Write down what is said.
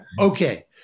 Okay